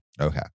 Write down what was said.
Okay